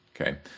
Okay